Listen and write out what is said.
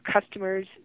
customers